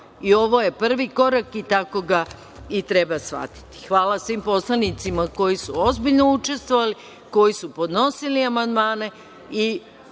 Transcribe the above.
I ovo je prvi korak i tako treba shvatiti. Hvala svim poslanicima koji su ozbiljno učestvovali, koji su podnosili amandmane